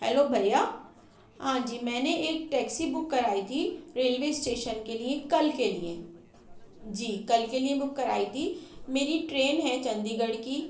hello بھیا ہاں جی میں نے ایک ٹیکسی بک کرائی تھی ریلوے اسٹیشن کے لئے کل کے لئے جی کل کے لئے بک کرائی تھی میری ٹرین ہے چنڈی گڑھ کی